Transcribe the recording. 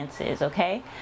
okay